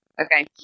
Okay